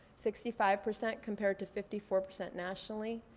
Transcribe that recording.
sixty five percent compared to fifty four percent nationally.